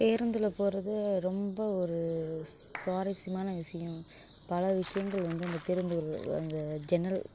பேருந்தில் போகிறது ரொம்ப ஒரு சுவாரஸ்யமான விஷயம் பல விஷயங்கள் வந்து அந்த பேருந்துகள் அந்த ஜன்னல்